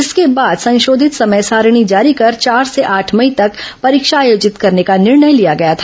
इसके बाद संशोधित समय सारिणी जारी कर चार से आठ मई तक परीक्षा आयोजित करने का निर्णय लिया गया था